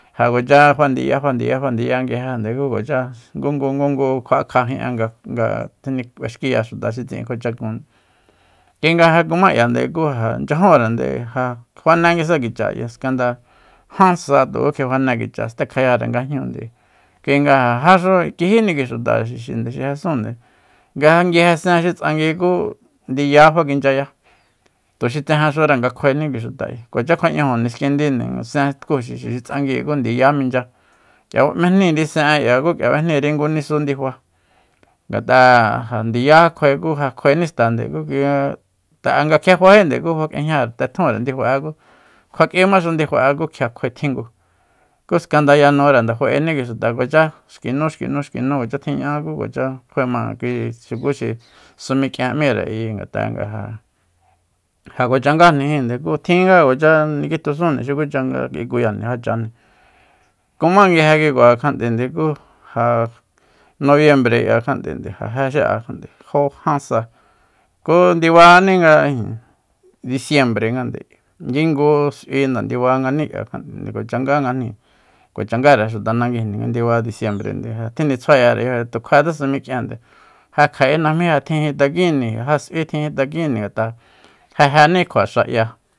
Ja kuacha fandiya fandiya fandiya nguijende ku kuacha ngungungungu kjua'akja jin'e nga b'exkiya xuta xi tjitsi'in kjua chakun kui nga ja kuma k'ia nde ku ja nchyajunrende ja fane nguisa kicha k'ia skanda jan sa kjifane kicha stekjayare nga jñúunde ayi kuinga ja jáxu kijíni kui xuta xi ja jesúnde nga ja nguije sen xi tsangui ku ndiya fakinchyaya tuxi tsejenxure nga nde kjuaeni kui xuta ayi kuacha kjua'ñajo niskindinde sen tku xixi xi tsanguíi ku ndiya minchya k'ia b'ejníiri sen'e ku k'ia kub'ejníiri ngu nisu ndifa ngat'a ja ndiya kjuae ku ja kjuaení xtande kui nga ta'a nga kjia faejí ku kjua k'ejña tetjunre ndifa'e kjua ku k'imaxu ndifa'e ku kjia kjuae tjingu nkanda yanure nde fa'eni kui xuta ja kuacha xki nu xki nu kuacha tjiña'á ku kuacha kjuae ma kui xuku xi sa mik'ien m'íre ayi ngat'a'e nga ja- ja kuacha ngajnijin ku tjin nga kuacha nikjitjusujni xukucha nga ikuyajni já chajni kuma nguije kuikua nkja'te ku ja noviembre k'ia kjan'tende ja je xi'a jo jan sa ku ndibani nga ijin disiembrengande ki ngu s'ui nde ndibagani k'ia ngat'a kuacha ngangajni kuacha ngare xuta nanguijni nga ndiba disiembrende ja tjinitsjuayere yajóoña tu kjuetse samik'iende ja kja'é najmí ja tjijintakíinni ja s'ui tjijintakínni ngata jajénikjuaxa'ya